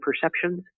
perceptions